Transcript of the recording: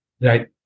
Right